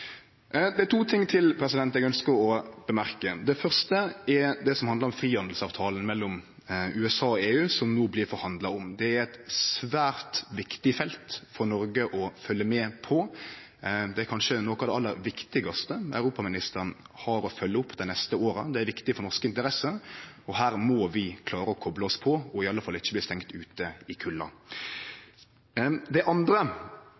Det er to ting til eg ønskjer å påpeike. Det første er det som handlar om frihandelsavtalen mellom USA og EU, som det no blir forhandla om. Det er eit svært viktig felt for Noreg å følgje med på. Det er kanskje noko av det aller viktigaste som europaministeren har å følgje opp dei neste åra. Det er viktig for norske interesser, og her må vi klare å koble oss på og i alle fall ikkje bli stengde ute i kulda. Det andre